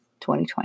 2020